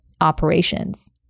operations